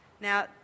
Now